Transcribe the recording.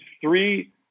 three